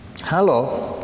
hello